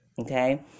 Okay